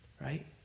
Right